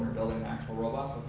actual robot.